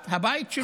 הבית שלו הופצץ.